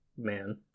man